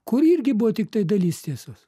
kur irgi buvo tiktai dalis tiesos